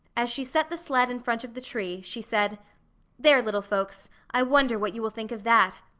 as she set the sled in front of the tree she said there, little folks, i wonder what you will think of that!